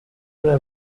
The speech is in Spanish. una